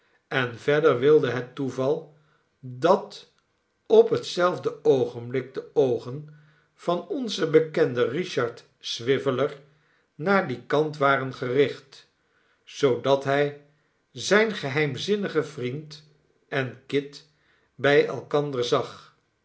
en verder wilde het toeval dat op hetzelfde oogenblik de oogen van onzen bekende richard swiveller naar dien kant waren gericht zoodat hij zijn geheimzinnigen vriend en kit bij elkander zag